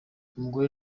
umugore